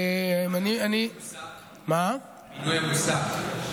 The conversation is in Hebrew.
מה עם הפינוי המוסק?